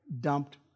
dumped